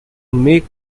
make